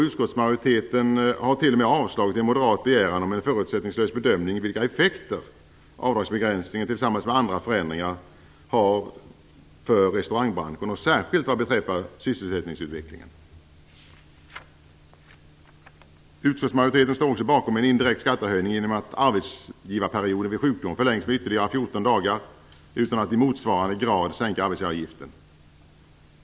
Utskottsmajoriteten har t.o.m. avslagit en moderat begäran om en förutsättningslös bedömning av vilka effekter avdragsbegränsningen tillsammans med andra förändringar har för restaurangbranschen, särskilt vad beträffar sysselsättningsutvecklingen. Utskottsmajoriteten står också bakom en indirekt skattehöjning genom att arbetsgivarperioden vid sjukdom förlängs med ytterligare 14 dagar utan att arbetsgivaravgiften i motsvarande grad sänks.